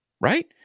right